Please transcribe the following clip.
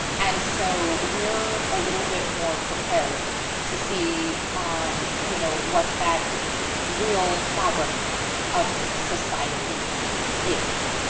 and so we're a little bit more prepared to see um you know what that real fabric of society is.